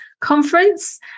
Conference